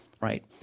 right